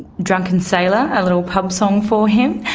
drunken sailor, a little pub song for him,